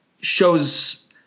shows